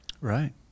right